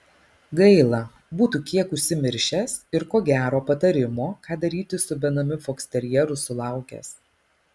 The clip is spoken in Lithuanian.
gaila būtų kiek užsimiršęs ir ko gero patarimo ką daryti su benamiu foksterjeru sulaukęs